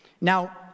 Now